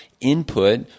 input